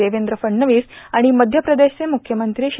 देवेंद्र फडणवीस आणि मध्य प्रदेशचे मुख्यमंत्री श्री